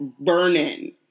Vernon